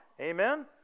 Amen